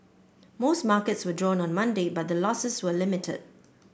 most markets were down on Monday but the losses were limited